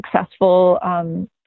successful